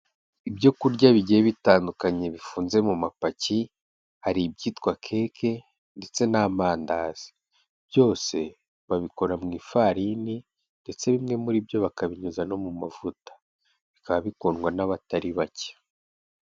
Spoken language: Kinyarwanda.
Ibyokurya bigiye bitandukanye bifunze mu mapaki, hari ibyitwa cake ndetse n'amandazi, byose babikora mu ifarini ndetse bimwe muri byo bakabinyuza no mu mavuta, bikaba bikundwa n'abatari bake.